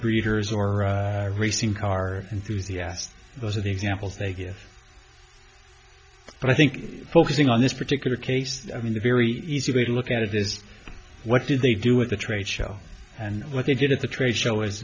breeders or racing car enthusiasts those are the examples they give i think focusing on this particular case i mean the very easy way to look at it is what did they do at the trade show and what they did at the trade show is